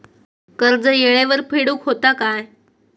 कर्ज येळेवर फेडूक होया काय?